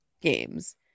games